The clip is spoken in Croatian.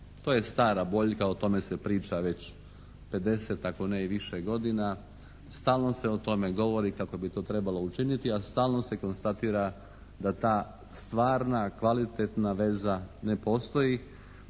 To je stara boljka, o tome se priča već 50 ako ne i više godina, stalno se o tome govori kako bi to trebalo učiniti, a stalno se konstatira da ta stvarna, kvalitetna veza ne postoji.